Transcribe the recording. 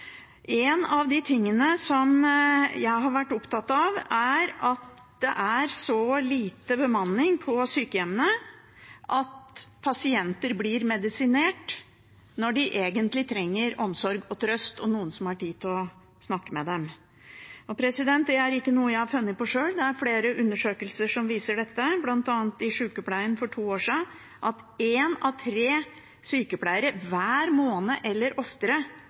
er så lite bemanning på sykehjemmene at pasienter blir medisinert når de egentlig trenger omsorg og trøst og noen som har tid til å snakke med dem. Dette er ikke noe jeg har funnet på sjøl – det er flere undersøkelser som viser dette, bl.a. i Sykepleien for to år sia. En av tre sjukepleiere gir hver måned eller oftere